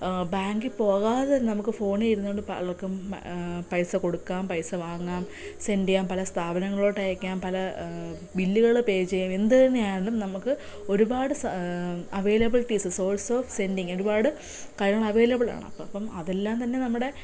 ബാങ്കിൽ പോകാതെ തന്നെ നമുക്ക് ഫോണിൽ ഇരുന്നു കൊണ്ട് തന്നെ പലർക്കും പൈസ കൊടുക്കാം പൈസ വാങ്ങാം സെൻഡ് ചെയ്യാം പല സ്ഥാപനങ്ങളിലോട്ട് അയക്കാം പല ബിളുകൾ പേ ചെയ്യാം എന്ത് തന്നെ ആയാലും നമുക്ക് ഒരുപാട് അവൈലബിലിറ്റീസ് സോഴ്സ് ഓഫ് സെൻഡിങ് ഒരുപാട് കാര്യങ്ങൾ അവൈലബിളാണ് അപ്പം അതെല്ലാം തന്നെ നമ്മുടെ